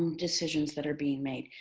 um decisions that are being made.